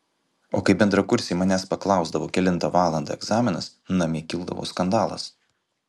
o kai bendrakursiai manęs paklausdavo kelintą valandą egzaminas namie kildavo skandalas